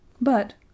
But